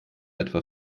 etwa